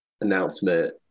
announcement